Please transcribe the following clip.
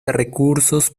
recursos